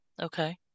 Okay